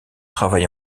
travail